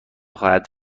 خواهد